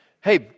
Hey